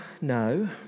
no